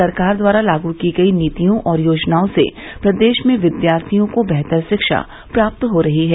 सरकार द्वारा लागू की गयी नीतियों और योजनाओं से प्रदेश में विद्यार्थियों को बेहतर शिक्षा प्राप्त हो रही है